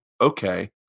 okay